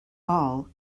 all